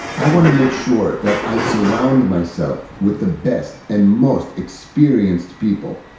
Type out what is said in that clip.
i want to make sure that i surround myself with the best and most experienced people.